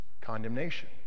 condemnation